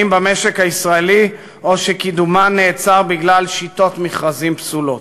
במשק הישראלי או שקידומן נעצר בגלל שיטות מכרזים פסולות.